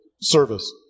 service